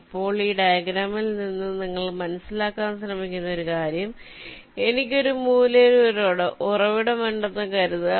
ഇപ്പോൾ ഈ ഡയഗ്രാമിൽ നിന്ന് നിങ്ങൾ മനസ്സിലാക്കാൻ ശ്രമിക്കുന്ന ഒരു കാര്യം എനിക്ക് ഒരു മൂലയിൽ ഒരു ഉറവിടമുണ്ടെന്ന് കരുതുക